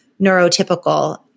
neurotypical